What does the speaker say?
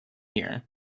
year